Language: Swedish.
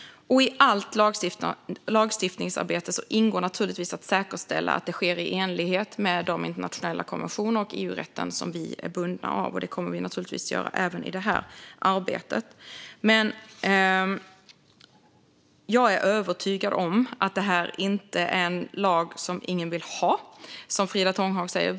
I allt lagstiftningsarbete ingår givetvis att säkerställa att det sker i enlighet med de internationella konventioner och den EU-rätt vi är bundna av. Det kommer vi givetvis att göra även i detta arbete. Jag är övertygad om att det här inte är en lag som ingen vill ha, som Frida Tånghag säger.